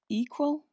equal